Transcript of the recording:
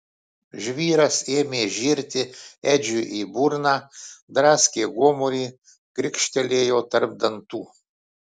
žvyras ėmė žirti edžiui į burną draskė gomurį grikštelėjo tarp dantų